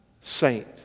saint